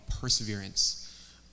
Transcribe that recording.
perseverance